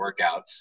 workouts